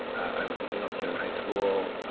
i was an emo kid in high school.